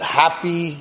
happy